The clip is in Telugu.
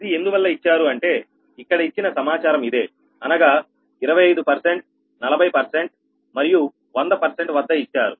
ఇది ఎందువల్ల ఇచ్చారు అంటే ఇక్కడ ఇచ్చిన సమాచారం ఇదే అనగా 25 40 మరియు 100 వద్ద ఇచ్చారు